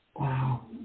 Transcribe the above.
Wow